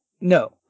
No